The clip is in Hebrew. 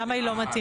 למה היא לא מתאימה?